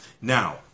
Now